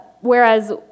Whereas